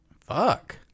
Fuck